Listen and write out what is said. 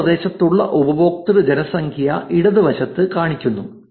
സമീപ പ്രദേശത്തുള്ള ഉപയോക്തൃ ജനസംഖ്യ ഇടത് വശത്ത് കാണിക്കുന്നു